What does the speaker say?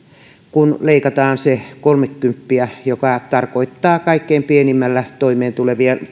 kun leikataan se kolmekymppiä joka tarkoittaa kaikkein pienimmällä määrällä toimeentulevilla